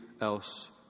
else